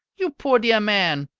you poor dear man!